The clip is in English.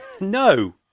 No